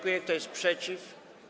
Kto jest przeciw?